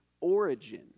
origin